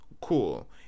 Cool